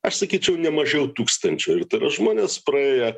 aš sakyčiau nemažiau tūkstančio ir tai yra žmonės praėję